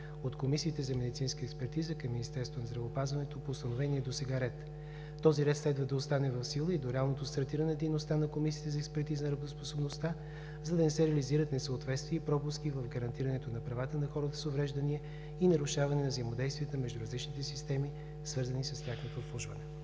от комисиите за медицинска експертиза към Министерството на здравеопазването по установения досега ред. Този ред следва да остане в сила и до реалното стартиране на комисиите за експертиза на работоспособността, за да не се реализират несъответствия и пропуски в гарантиране правата на хората с увреждания и нарушаване на взаимодействията между различните системи, свързани с тяхното обслужване.